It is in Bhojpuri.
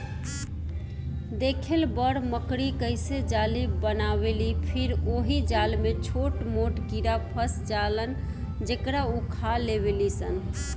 देखेल बड़ मकड़ी कइसे जाली बनावेलि फिर ओहि जाल में छोट मोट कीड़ा फस जालन जेकरा उ खा लेवेलिसन